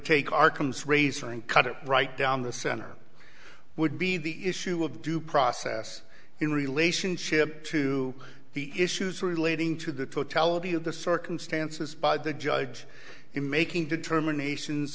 take our comes razor and cut it right down the center would be the issue of due process in relationship to the issues relating to the totality of the circumstances by the judge in making determinations